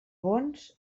bons